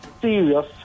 serious